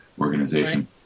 organization